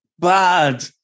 Bad